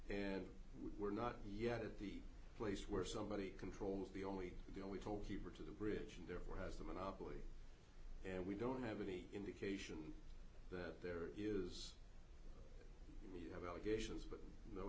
and we're not yet at the place where somebody controls the only you know we told people to the bridge and therefore has the monopoly and we don't have any indication that there is